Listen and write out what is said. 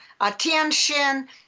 attention